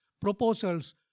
proposals